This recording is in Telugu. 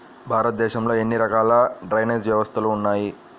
భారతదేశంలో ఎన్ని రకాల డ్రైనేజ్ వ్యవస్థలు ఉన్నాయి?